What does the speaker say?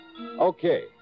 okay